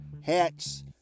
hats